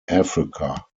africa